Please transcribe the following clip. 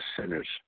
sinners